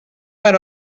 per